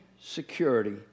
security